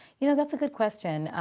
you know, that's a good question.